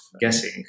guessing